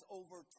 over